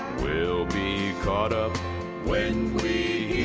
be caught up when we